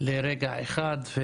לרגע אחד,